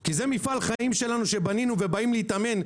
כי זה מפעל חיים שלנו שבנינו ובאים להתאמן,